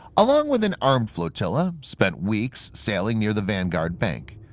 along with an armed flotilla, spent weeks sailing near the vanguard bank,